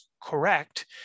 correct